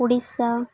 Odisha